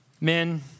Men